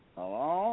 Hello